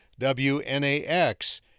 WNAX